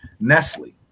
Nestle